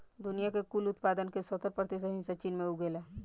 दुनिया के कुल उत्पादन के सत्तर प्रतिशत हिस्सा चीन में उगेला